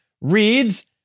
reads